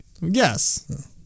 Yes